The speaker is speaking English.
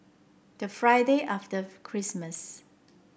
the Friday after Christmas